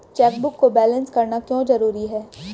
Chequebook को balance करना क्यों जरूरी है?